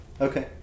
okay